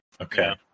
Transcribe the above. Okay